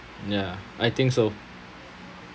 ya I think so